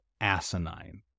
asinine